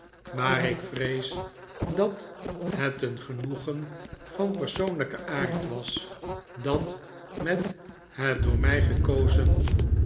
maar ik vrees dat het een genoegen van persoonlijken aard was dat met het door mij gekozen